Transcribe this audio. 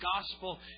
gospel